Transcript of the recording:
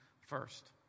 first